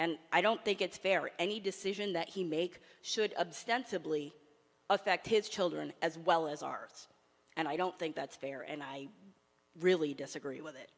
and i don't think it's fair any decision that he make should abstain sibly affect his children as well as ours and i don't think that's fair and i really disagree with it